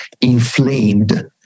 Inflamed